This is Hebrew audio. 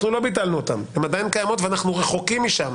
הן עדיין קיימות, ואנחנו רחוקים משם.